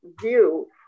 view